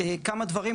כמה דברים.